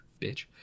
Bitch